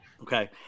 Okay